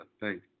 thank